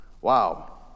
wow